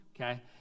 okay